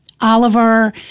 Oliver